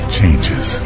changes